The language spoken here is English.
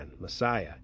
Messiah